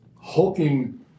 hulking